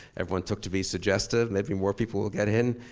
everyone took to be suggestive, maybe more people will get in.